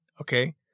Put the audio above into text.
Okay